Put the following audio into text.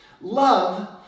Love